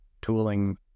tooling